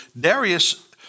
Darius